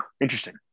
Interesting